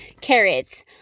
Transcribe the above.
carrots